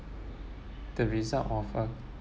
the result of a